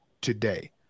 today